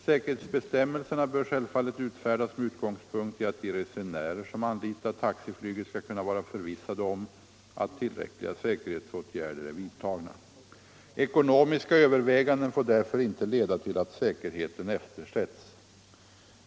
Säkerhetsbestämmelserna bör självfallet utfärdas med utgångspunkt i att de resenärer som anlitar taxiflyget skall kunna vara förvissade om att tillräckliga säkerhetsåtgärder är vidtagna. Ekonomiska överväganden får därför inte leda till att säkerheten eftersätts.